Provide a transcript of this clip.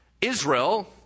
Israel